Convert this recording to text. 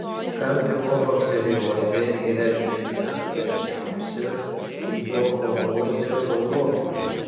kampilobakteriozė yra viena dažniausių zoonozių europoje